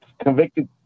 convicted